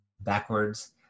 backwards